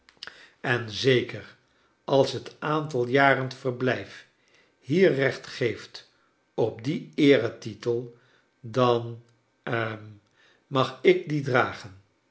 en ze ker als het aantal jaren verblijf hier recht geeft op dien eeretitel dan hm mag ik dien dragen